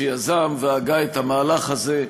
שיזם והגה את המהלך הזה.